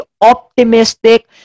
optimistic